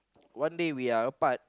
one day we are apart